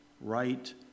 right